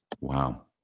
Wow